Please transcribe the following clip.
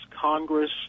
Congress